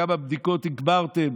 כמה בדיקות תגברתם?